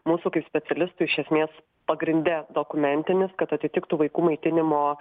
mūsų specialistų iš esmės pagrinde dokumentinis kad atitiktų vaikų maitinimo